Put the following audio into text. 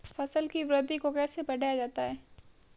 फसल की वृद्धि को कैसे बढ़ाया जाता हैं?